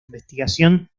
investigación